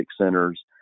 Centers